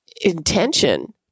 intention